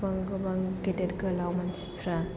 गोबां गोबां गेदेर गोलाव मानसिफ्रा